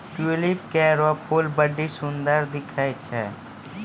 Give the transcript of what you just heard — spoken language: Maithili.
ट्यूलिप केरो फूल बड्डी सुंदर दिखै छै